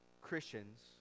Christians